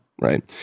Right